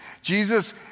Jesus